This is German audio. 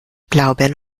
blaubeeren